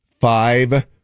five